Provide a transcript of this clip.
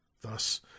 thus